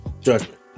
judgment